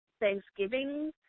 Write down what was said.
thanksgiving